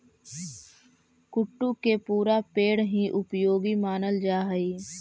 कुट्टू के पुरा पेड़ हीं उपयोगी मानल जा हई